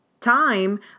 time